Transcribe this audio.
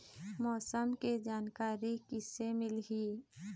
मौसम के जानकारी किसे मिलही?